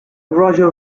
roger